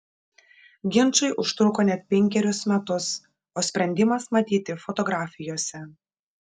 ginčai užtruko net penkerius metus o sprendimas matyti fotografijose